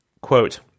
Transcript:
Quote